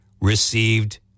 received